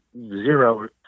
zero